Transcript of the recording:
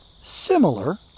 similar